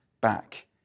back